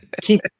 keep